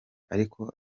ariko